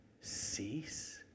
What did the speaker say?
cease